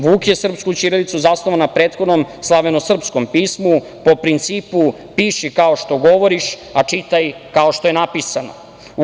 Vuk je srpsku ćirilicu zasnovao na prethodnom slavenosrpskog pismu, a po principu – piši kao što govoriš, a čitaj kao što je napisano.